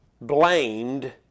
blamed